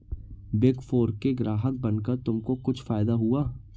Big four के ग्राहक बनकर तुमको कुछ फायदा हुआ?